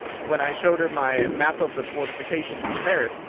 when i showed her my map of the fortifications of paris,